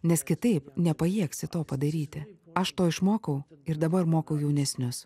nes kitaip nepajėgsi to padaryti aš to išmokau ir dabar mokau jaunesnius